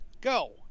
Go